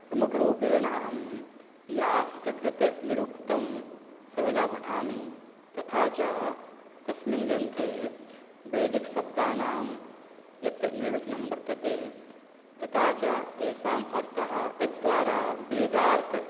प्रमुखरूपेण अहं यास्ककृतनिरुक्तं सर्वदा पठामि तथा च तस्मिन् ग्रन्थे वैदिकशब्दानां यत् निर्वचनं वर्तते तथा च तेषाम् अर्थः तद्वारा वेदार्थः